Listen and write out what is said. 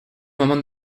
moment